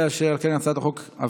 אתה מכיר אותי,